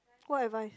what advice